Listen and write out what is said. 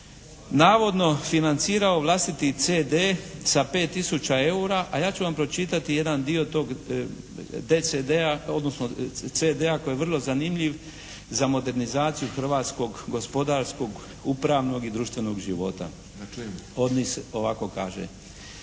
navodno financirao vlastiti CD sa 5 tisuća eura a ja ću vam pročitati jedan dio CD-a koji je vrlo zanimljiv za modernizaciju hrvatskog gospodarskog upravnog i društvenog života. Ovako kaže: